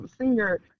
senior